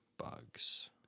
Bugs